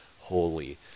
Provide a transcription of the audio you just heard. holy